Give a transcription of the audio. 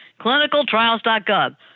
Clinicaltrials.gov